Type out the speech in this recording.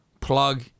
Plug